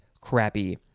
crappy